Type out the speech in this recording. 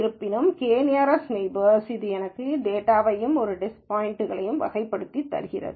இருப்பினும் K nearest neighbours இது எனக்கு டேட்டாவையும் ஒரு டெஸ்ட் டேட்டா பாய்ன்ட்யையும் வகைப்படுத்தி தருகிறது